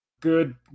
good